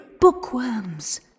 Bookworms